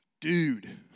dude